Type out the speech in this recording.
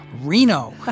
Reno